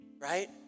Right